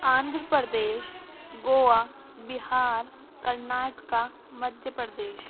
Andhra Pradesh Goa Bihar Karnataka Madhya Pradesh